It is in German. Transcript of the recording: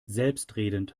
selbstredend